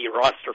roster